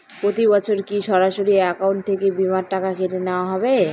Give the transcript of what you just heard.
প্রতি বছর কি সরাসরি অ্যাকাউন্ট থেকে বীমার টাকা কেটে নেওয়া হবে?